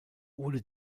wurde